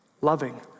Loving